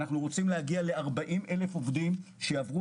אנחנו רוצים להגיע ל-40,000 עובדים שיעברו